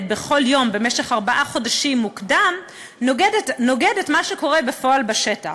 בכל יום במשך ארבעה חודשים נוגדת את מה שקורה בפועל בשטח.